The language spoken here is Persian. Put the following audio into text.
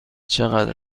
چقدر